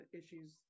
issues